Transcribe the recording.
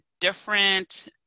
different